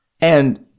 And